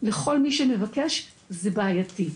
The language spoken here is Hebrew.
לכל מי שמבקש, זה בעייתי.